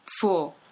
four